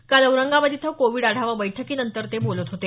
काल औरंगाबाद इथं कोविड आढावा बैठकीनंतर ते बोलत होते